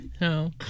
No